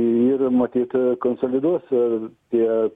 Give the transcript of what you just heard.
ir matyt konsoliduos tie